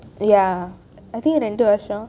ya um I think இரண்டு வருஷம்:irandu varusham